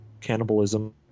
cannibalism